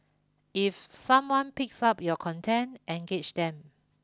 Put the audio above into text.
if someone picks up your content engage them